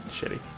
shitty